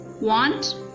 want